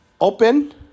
open